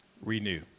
Renew